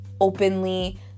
openly